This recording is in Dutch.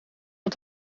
het